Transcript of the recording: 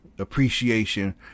Appreciation